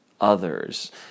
others